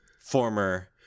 former